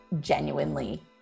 genuinely